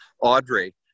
Audrey